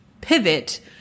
pivot